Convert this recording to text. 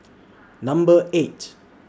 Number eight